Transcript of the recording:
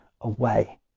away